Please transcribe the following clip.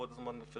שכל הזמן נופלים.